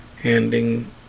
handing